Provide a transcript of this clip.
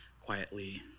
quietly